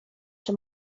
czy